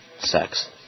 Sex